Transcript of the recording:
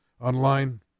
online